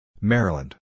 Maryland